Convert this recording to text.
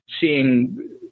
seeing